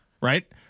Right